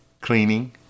Cleaning